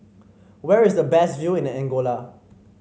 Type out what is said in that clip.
where is the best view in the Angola